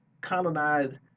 colonized